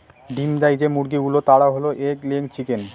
ডিম দেয় যে মুরগি গুলো তারা হল এগ লেয়িং চিকেন